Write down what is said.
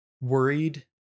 worried